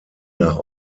nach